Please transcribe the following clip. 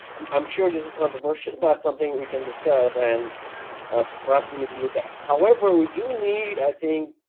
i'm sure this is controversial but something that we can discuss and ah perhaps we need to look at. however, we do need, i think,